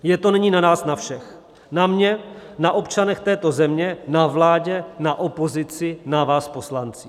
Je to nyní na nás na všech, na mně, na občanech této země, na vládě, na opozici, na vás poslancích.